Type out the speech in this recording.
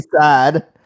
sad